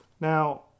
now